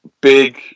big